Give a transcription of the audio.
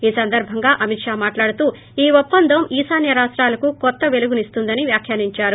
ఈ సందర్భంగా అమిత్ షా మాట్లాడుతూ ఈ ఒప్పందం ఈశాన్య రాష్టాలకు కొత్త పెలుగునిస్తుందని వ్యాఖ్యానించారు